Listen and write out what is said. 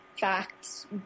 facts